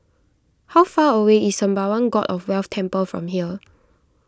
how far away is Sembawang God of Wealth Temple from here